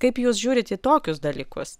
kaip jūs žiūrit į tokius dalykus